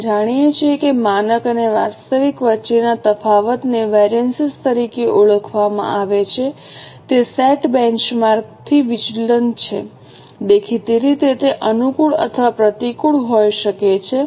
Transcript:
આપણે જાણીએ છીએ કે માનક અને વાસ્તવિક વચ્ચેના તફાવતને વેરિએન્સીસ તરીકે ઓળખવામાં આવે છે તે સેટ બેંચમાર્કથી વિચલન છે દેખીતી રીતે તે અનુકૂળ અથવા પ્રતિકૂળ હોઈ શકે છે